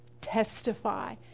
testify